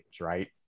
right